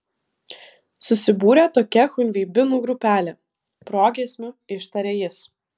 susibūrė tokia chunveibinų grupelė progiesmiu ištarė jis